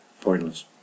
pointless